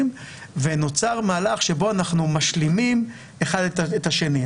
ונוצר מהלך שבו אנחנו משלימים אחד את השני.